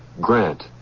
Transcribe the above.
Grant